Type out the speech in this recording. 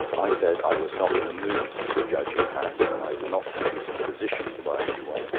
i said i was not in the mood to judge of hats, and i did not think he was in a position to buy a new one.